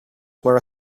were